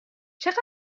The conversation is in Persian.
چقدر